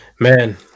Man